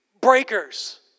Breakers